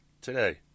today